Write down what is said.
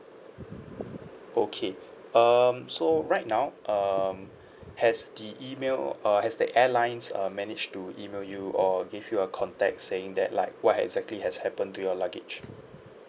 okay um so right now um has the email uh has the airlines uh managed to email you or give you a contact saying that like what exactly has happened to your luggage